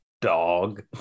dog